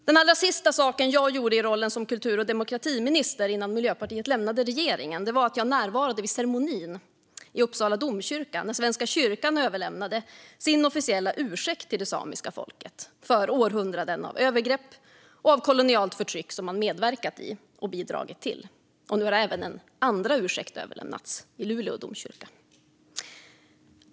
Det allra sista jag gjorde i rollen som kultur och demokratiminister innan Miljöpartiet lämnade regeringen var att närvara vid den ceremoni i Uppsala domkyrka då Svenska kyrkan överlämnade sin officiella ursäkt till det samiska folket för århundranden av övergrepp och kolonialt förtryck som man medverkat i och bidragit till. Nu har även en andra ursäkt överlämnats i Luleå domkyrka.